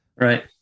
Right